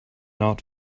not